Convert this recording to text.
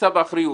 שיישא באחריות.